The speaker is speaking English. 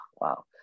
wow